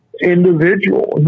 individual